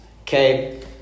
okay